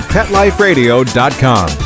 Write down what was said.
PetLifeRadio.com